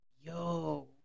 Yo